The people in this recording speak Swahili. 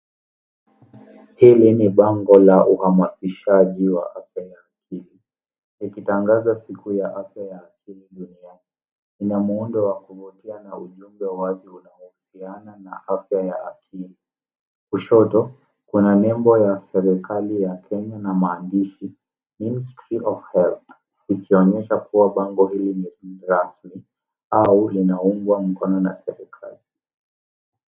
Hili ni bango la uhamasishaji wa afya ya akili ikitangaza siku ya afya ya akili duniani. Ina muundo wa kuvutia na ujumbe wazi unaohusiana na afya ya akili. Kushoto, kuna nembo ya serikali ya Kenya na maandishi Ministry of Health ikionyesha kuwa bango hili ni rasmi au linaungwa mkono na serikali.